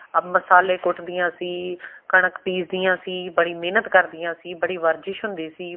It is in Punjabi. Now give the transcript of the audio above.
ਮਸਾਲੇ ਕੁੱਟਦੀਆਂ ਸੀ ਕਣਕ ਪੀਸਦੀਆਂ ਸੀ ਬੜੀ ਮਿਹਨਤ ਕਰਦੀਆਂ ਸੀ ਬੜੀ ਵਰਜਿਸ਼ ਹੁੰਦੀ ਸੀ